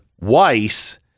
Weiss